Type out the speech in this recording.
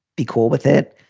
be cool with it.